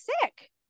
sick